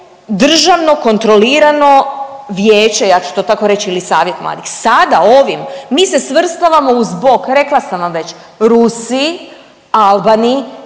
državno kontrolirano vijeće, ja ću to tako reći ili savjet mladih. Sada ovim mi se svrstavamo uz bok, rekla sam vam već, Rusiji, Albaniji